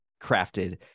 crafted